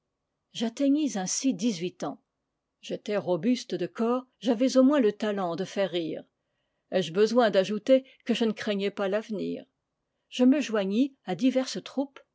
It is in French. j'atteignis ainsi dix-huit ans j'étais robuste de corps j'avais au moins le talent de faire rire ai-je besoin d'ajouter que je ne craignais pas l'avenir je me joignis à diverses troupes